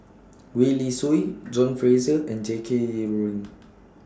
Gwee Li Sui John Fraser and Jackie Yi Ru Ying